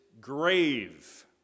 grave